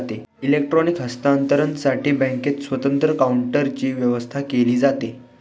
electronic हस्तांतरणसाठी बँकेत स्वतंत्र काउंटरची व्यवस्था केली जाते